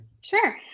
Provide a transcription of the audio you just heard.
sure